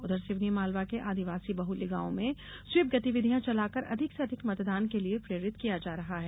उधर सिवनी मालवा के आदिवासी बहल्य गांव में स्वीप गतिविधियां चलाकर अधिक से अधिक मतदान के लिये प्रेरित किया जा रहा है